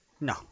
No